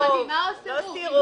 לא סירוב,